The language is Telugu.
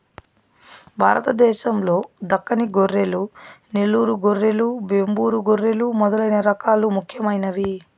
భారతదేశం లో దక్కని గొర్రెలు, నెల్లూరు గొర్రెలు, వెంబూరు గొర్రెలు మొదలైన రకాలు ముఖ్యమైనవి